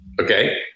Okay